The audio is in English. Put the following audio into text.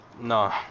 no